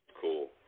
cool